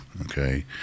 okay